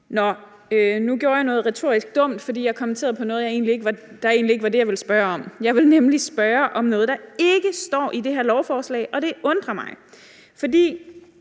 Men nu gjorde jeg noget, der var retorisk dumt, fordi jeg kommenterede på noget, der egentlig ikke var det, jeg ville spørge om. For jeg vil nemlig spørge om noget, der ikke står i det her lovforslag, og det undrer mig. For